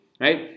right